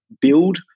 build